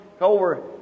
over